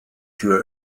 tür